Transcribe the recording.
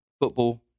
football